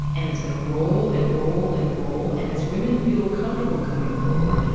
and it's going to roll and roll and roll. and as women feel comfortable coming forward,